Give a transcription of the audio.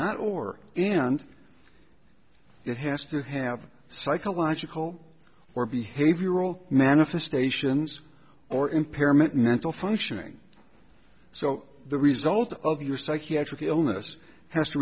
not or in and it has to have a psychological or behavioral manifestations or impairment mental functioning so the result of your psychiatric illness has to